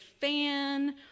fan